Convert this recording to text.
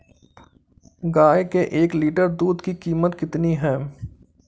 गाय के एक लीटर दूध की कीमत कितनी है?